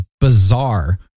bizarre